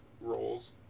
roles